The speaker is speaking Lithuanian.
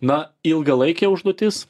na ilgalaikė užduotis